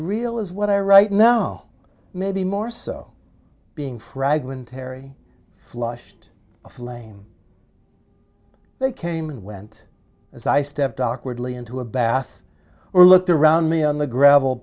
real as what i write now maybe more so being fragmentary flushed a flame they came and went as i stepped awkward lee into a bath or looked around me on the gravel